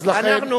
אז לכן,